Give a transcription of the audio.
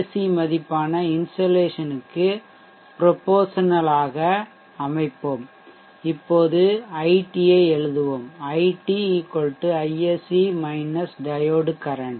C மதிப்பான இன்சோலேஷனுக்கு proportional ஆக பொருத்தமாக விகிதாசாரமாக அமைப்போம் இப்போது iT ஐ எழுதுவோம் iT ISC - டையோடு கரன்ட்